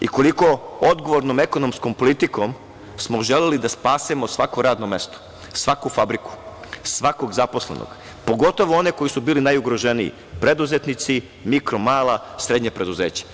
i koliko odgovornom ekonomskom politikom smo želeli da spasemo svako radno mesto, svaku fabriku, svakog zaposlenog, pogotovo one koji su bili najugroženiji – preduzetnici, mikro, mala, srednja preduzeća.